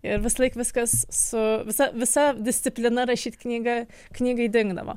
ir visąlaik viskas su visa visa disciplina rašyt knygą knygai dingdavo